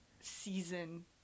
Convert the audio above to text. Season